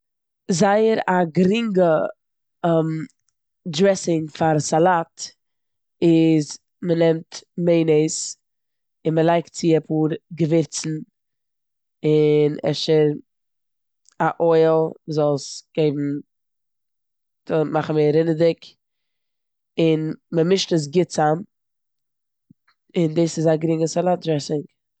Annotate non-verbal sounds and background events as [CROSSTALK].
זייער א גרינגע [HESITATION] דרעסינד פאר סאלאט איז מ'נעמט מעינעיס און מ'לייגט צו אפאר געווירצן און אפשר א אויל זאל עס געבן- מאכן מער רינענדיג און מ'מישט עס גוט צאם און דאס איז א גרינגע סאלאט דרעסינג.